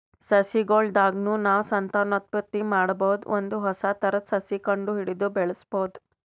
ಸಸಿಗೊಳ್ ದಾಗ್ನು ನಾವ್ ಸಂತಾನೋತ್ಪತ್ತಿ ಮಾಡಬಹುದ್ ಒಂದ್ ಹೊಸ ಥರದ್ ಸಸಿ ಕಂಡಹಿಡದು ಬೆಳ್ಸಬಹುದ್